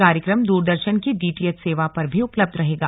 कार्यक्रम दूरदर्शन की डीटीएच सेवा पर भी उपलब्ध रहेगा